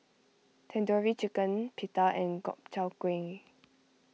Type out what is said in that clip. Tandoori Chicken Pita and Gobchang Gui